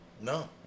No